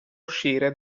uscire